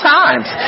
times